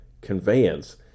conveyance